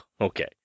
Okay